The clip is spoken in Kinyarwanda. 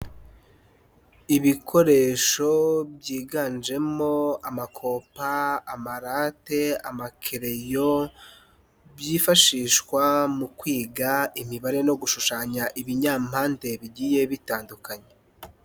Ibikoresho byiganjemo amakopa, amarate, amakereyo byifashishwa mu kwiga imibare no gushushanya ibinyampande bigiye bitandukanye.